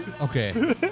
Okay